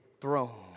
throne